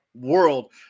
world